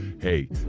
Hey